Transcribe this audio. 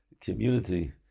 community